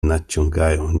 nadciągają